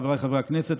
חבריי חברי הכנסת,